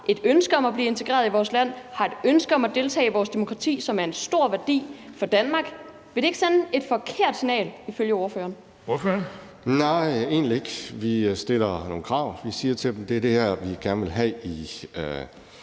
et ønske om at blive integreret i vores land og har et ønske om at deltage i vores demokrati, som er en stor værdi for Danmark? Vil det ikke sende et forkert signal ifølge ordføreren? Kl. 20:44 Den fg. formand (Erling Bonnesen): Ordføreren. Kl.